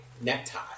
necktie